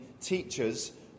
teachers